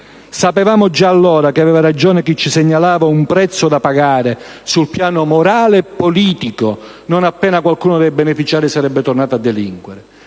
Sapevamo già allora che aveva ragione chi ci segnalava un prezzo da pagare, sul piano morale e politico, non appena qualcuno dei beneficiari sarebbe tornato a delinquere,